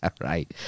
Right